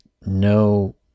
no